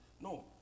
no